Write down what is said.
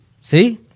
See